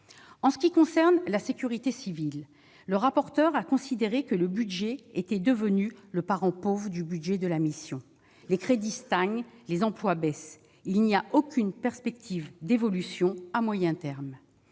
En ce qui concerne la sécurité civile, le rapporteur a considéré qu'elle était devenue la parente pauvre du budget de la mission : les crédits stagnent, les emplois baissent. Il n'y a aucune perspective d'évolution à moyen terme.